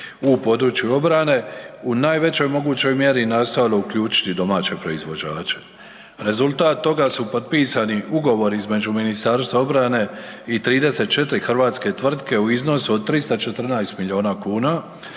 u području obrane u najvećoj mogućoj mjeri nastojalo uključiti domaće proizvođače. Rezultat toga su potpisani ugovori između Ministarstva obrane i 34 hrvatske tvrtke u iznosu od 314 miliona kuna,